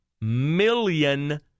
million